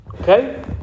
Okay